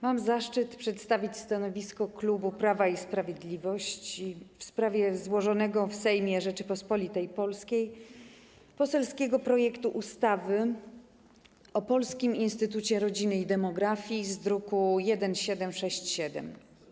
Mam zaszczyt przedstawić stanowisko klubu Prawa i Sprawiedliwości w sprawie złożonego w Sejmie Rzeczypospolitej Polskiej poselskiego projektu ustawy o Polskim Instytucie Rodziny i Demografii z druku nr 1767.